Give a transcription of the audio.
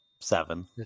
Seven